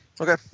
Okay